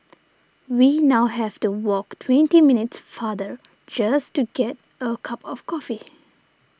we now have to walk twenty minutes farther just to get a cup of coffee